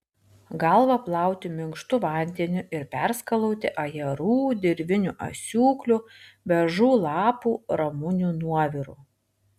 galvą plauti minkštu vandeniu ir perskalauti ajerų dirvinių asiūklių beržų lapų ramunių nuoviru